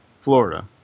Florida